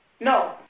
No